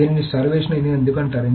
దీనిని స్టార్వేషన్ అని ఎందుకు అంటారు